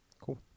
cool